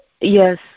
Yes